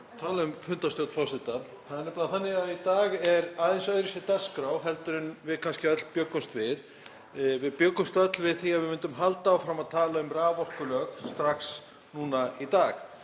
tala um fundarstjórn forseta. Það er nefnilega þannig að í dag er aðeins öðruvísi dagskrá heldur en við kannski öll bjuggumst við. Við bjuggumst öll við því að við myndum halda áfram að tala um raforkulög strax núna í dag